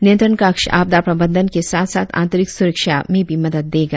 नियंत्रण कक्ष आपदा प्रबंधन के साथ साथ आंतरिक सुरक्षा में भी मदद देगा